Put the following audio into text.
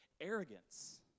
arrogance